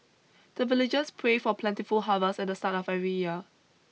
the villagers pray for plentiful harvest at the start of every year